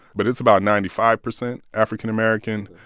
but it's about ninety five percent african-american.